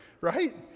right